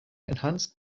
enhanced